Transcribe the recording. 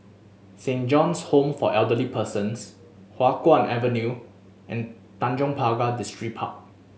Saint John's Home for Elderly Persons Hua Guan Avenue and Tanjong Pagar Distripark